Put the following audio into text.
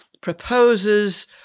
proposes